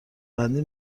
بندی